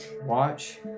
watch